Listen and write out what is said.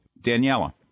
Daniela